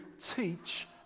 teach